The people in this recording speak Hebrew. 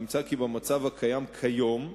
נמצא כי במצב הקיים כיום,